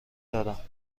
دادم